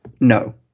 No